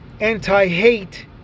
anti-hate